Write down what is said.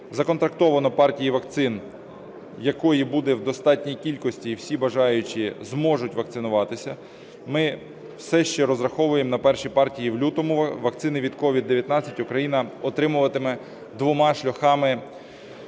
законтрактовано партії вакцини, якої буде в достатній кількості, і всі бажаючі зможуть вакцинуватися. Ми все ще розраховуємо на перші партії в лютому. Вакцини від COVID-19 Україна отримуватиме двома шляхами: